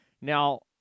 Now